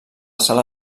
sala